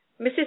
Mrs